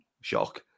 Shock